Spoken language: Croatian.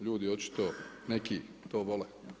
Ljudi očito neki to vole.